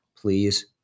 Please